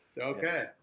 Okay